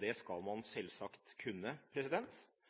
Det skal man selvsagt kunne.